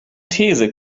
these